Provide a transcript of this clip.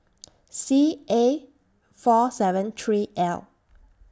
C A four seven three L